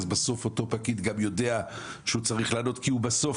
בסוף אותו פקיד גם יודע שהוא צריך לענות כי הוא בסוף